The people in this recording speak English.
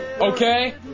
Okay